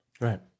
right